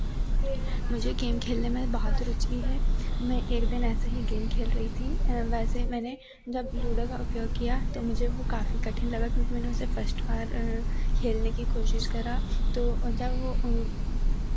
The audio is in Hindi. मुझे गेम खेलने में बहुत रुचि है में एक दिन ऐसे ही गेम खेल रही थी वैसे मैंने जब लूडो का उपयोग किया तो मुझे वह काफ़ी कठिन लगा क्योंकि मैंने उसे फर्स्ट बार खेलने की कोशिश करा तो जब वह